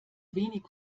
wenig